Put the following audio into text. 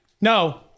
No